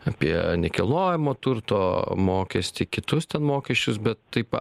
apie nekilnojamo turto mokestį kitus ten mokesčius bet taip